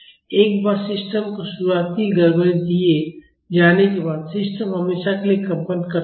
एक बार सिस्टम को शुरुआती गड़बड़ी दिए जाने के बाद सिस्टम हमेशा के लिए कंपन करता रहेगा